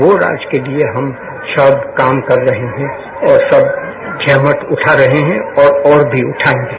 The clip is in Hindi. वो राज के लिए हम सब काम कर रहे हैं और सब जहमत उठा रहे हैं और और भी उठाएंगे